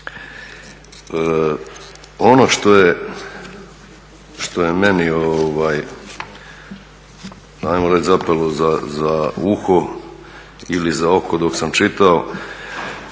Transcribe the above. Ono što je meni, ajmo reći, zapelo za uho ili za oko dok sam čitao